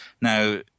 Now